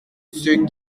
ceux